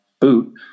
boot